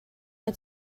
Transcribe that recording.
you